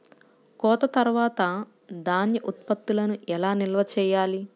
కోత తర్వాత ధాన్య ఉత్పత్తులను ఎలా నిల్వ చేయాలి?